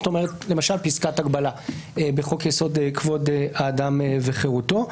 למשל פסקת הגבלה בחוק-יסוד: כבוד האדם וחירותו.